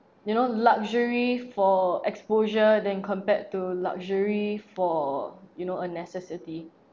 you know luxury for exposure than compared to luxury for you know a necessity